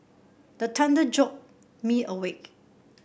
the thunder jolt me awake